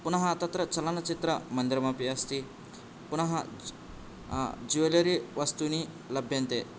पुनः तत्र चलनचित्रमन्दिरमपि अस्ति पुनः ज्वेलरी वस्तूनि लभ्यन्ते